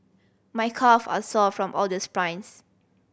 my calves are sore from all the sprints